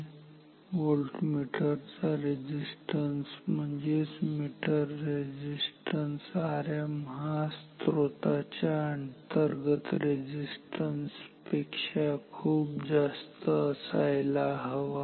तर व्होल्टमीटर चा रेझिस्टन्स म्हणजेच मीटर रेझिस्टन्स Rm हा स्त्रोताच्या अंतर्गत रेझिस्टन्स पेक्षा खूप जास्त असायला हवा